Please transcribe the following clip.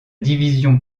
division